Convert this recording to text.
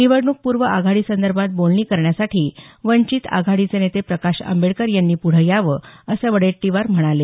निवडणूकपूर्व आघाडीसंदर्भात बोलणी करण्यासाठी वंचित आघाडीचे नेते प्रकाश आंबेडकर यांनी प्रढे यावं असं वडेट्टीवार म्हणाले